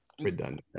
redundant